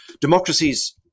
Democracies